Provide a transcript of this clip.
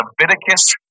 Leviticus